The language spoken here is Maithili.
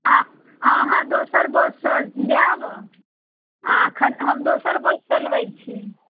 आ अहाँ दोसर बस पर जाएब आ एखन हम दोसर बस चलबैत छी